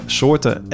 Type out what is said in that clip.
soorten